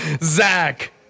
Zach